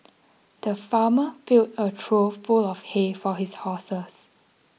the farmer filled a trough full of hay for his horses